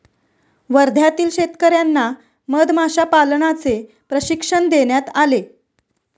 वर्ध्यातील शेतकर्यांना मधमाशा पालनाचे प्रशिक्षण देण्यात आले